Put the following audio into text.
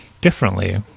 differently